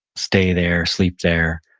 stay there, sleep there.